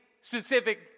specific